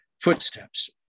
footsteps